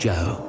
Joe